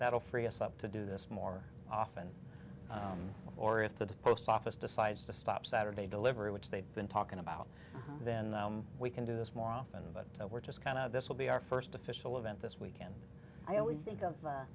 will free us up to do this more often or if the post office decides to stop saturday delivery which they've been talking about then we can do this more often but we're just kind of this will be our first official event this weekend i always think of